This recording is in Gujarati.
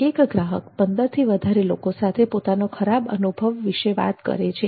એક ગ્રાહક 15થી વધારે લોકો સાથે પોતાનો ખરાબ અનુભવ વિશે વાત કરે છે